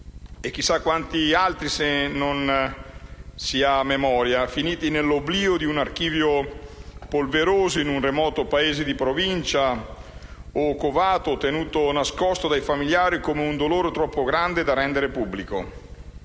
Chissà quanti di cui non si ha memoria saranno finiti nell'oblio di un archivio polveroso in un remoto paese di provincia o saranno covati o tenuti nascosti dai famigliari come un dolore troppo grande da rendere pubblico.